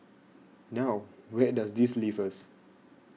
now where does this leave us